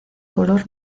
color